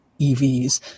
EVs